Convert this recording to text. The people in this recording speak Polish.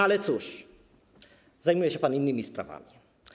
Ale cóż, zajmuje się pan innymi sprawami.